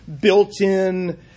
built-in